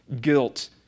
guilt